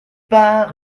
pas